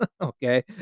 Okay